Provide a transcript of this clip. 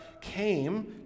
came